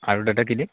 আৰু দাদা কি দিম